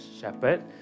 Shepherd